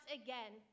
again